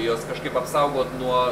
juos kažkaip apsaugot nuo